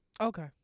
Okay